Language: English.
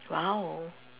!wow!